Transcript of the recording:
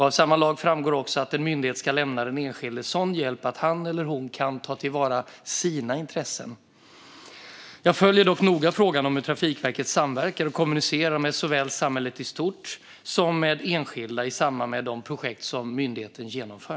Av samma lag framgår också att en myndighet ska lämna den enskilde sådan hjälp att han eller hon kan ta till vara sina intressen. Jag följer dock noga frågan om hur Trafikverket samverkar och kommunicerar med såväl samhället i stort som enskilda i samband med de projekt som myndigheten genomför.